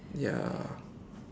ya